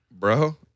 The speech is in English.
Bro